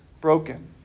broken